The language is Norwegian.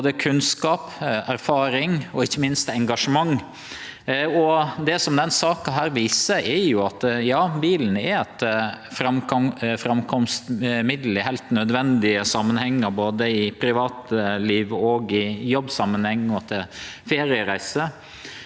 både kunnskap, erfaring og ikkje minst engasjement. Det som denne saka viser, er at bilen er eit framkomstmiddel i heilt nødvendige samanhengar, både i privatliv, i jobbsamanheng og til feriereiser.